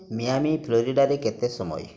Miami ଫ୍ଲୋରିଡ଼ାରେ କେତେ ସମୟ